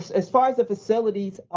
as far as the facilities,